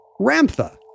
Ramtha